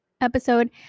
episode